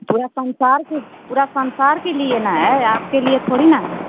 पूरा संसार के पूरा संसार के लिए ना है आपके लिए थोड़ी ना